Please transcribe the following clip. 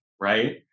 Right